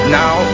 now